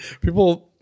People